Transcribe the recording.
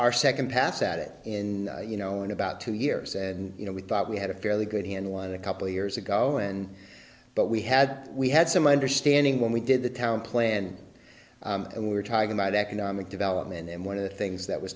our second pass at it in you know in about two years and you know we thought we had a fairly good handle on a couple of years ago and but we had we had some understanding when we did the town plan and we were talking about economic development and one of the things that w